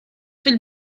fil